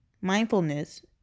mindfulness